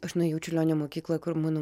aš nuėjau į čiurlionio mokyklą kur mano